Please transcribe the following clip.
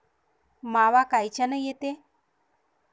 मावा कायच्यानं येते?